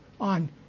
on